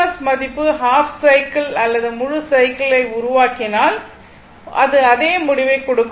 S மதிப்பு half cycle அல்லது முழு சைக்கிள் உருவாக்கினால் அது அதே முடிவை கொடுக்கும்